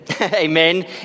amen